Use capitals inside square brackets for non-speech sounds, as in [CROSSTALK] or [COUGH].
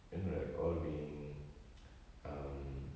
you know all being [NOISE] um